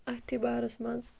اَتھِ بارَس منٛز